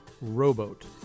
Rowboat